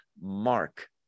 mark